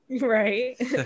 right